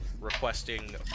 requesting